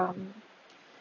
um